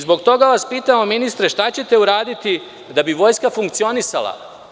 Zbog toga vas pitamo, ministre, šta ćete uraditi da bi vojska funkcionisala?